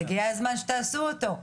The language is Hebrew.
אז הגיע הזמן שתעשו אותם.